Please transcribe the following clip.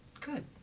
Good